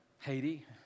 Haiti